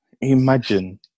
Imagine